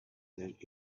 that